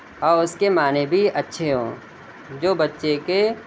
اور اس کے معنی بھی اچھے ہوں جو بچے کے